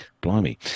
blimey